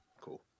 cool